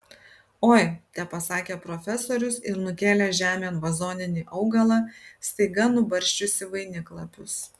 oi tepasakė profesorius ir nukėlė žemėn vazoninį augalą staiga nubarsčiusį vainiklapius